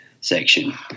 section